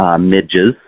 midges